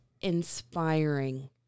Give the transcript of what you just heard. inspiring